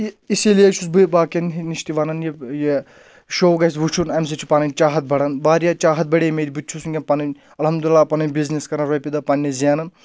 اسی لیے چھُس بہٕ باقین ہِندۍ نِش تہِ وَنان یہِ شوق گژھِ وٕچھُن اَمہِ سۭتۍ چھُ پَنٕنۍ چاہت بَڑان واریاہ چاہت بَڑے مےٚ بہٕ تہِ چھُس وٕنکؠن پَنٕنۍ الحمداللہ پَنٕنۍ بِزنس کران رۄپیہِ دۄہ پَنٕنہِ زینان